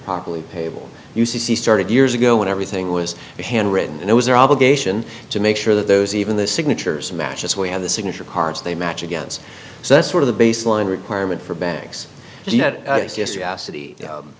properly payable you see started years ago when everything was hand written and it was their obligation to make sure that those even the signatures matches we have the signature cards they match against so that's sort of the baseline requirement for banks and yet